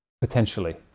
potentially